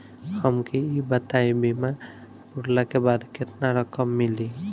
हमके ई बताईं बीमा पुरला के बाद केतना रकम मिली?